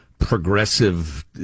progressive